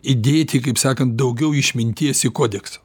įdėti kaip sakant daugiau išminties į kodeksą